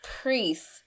priest